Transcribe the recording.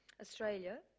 Australia